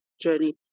journey